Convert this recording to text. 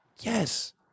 Yes